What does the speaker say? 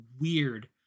weird